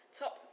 top